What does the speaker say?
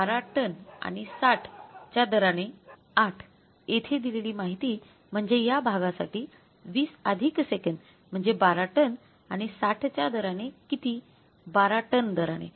8 येथे दिलेली माहिती म्हणजे या भागासाठी 20 अधिक सेकंद म्हणजे 12 टन आणि 60 च्या दराने किती 12 टन दराने